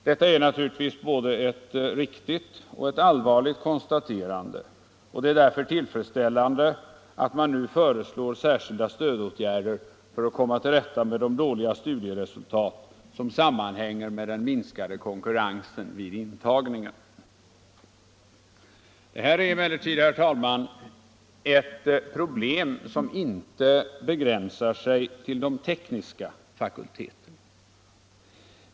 Det är naturligtvis ett både riktigt och allvarligt konstaterande, och det är därför tillfredsställande att man nu föreslår särskilda stödåtgärder för att komma till rätta med de dåliga studieresultat som sammanhänger med den minskade konkurrensen vid intagningen. Det är här emellertid, herr talman, ett problem som ingalunda begränsar sig till de tekniska fakulteterna.